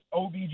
OBJ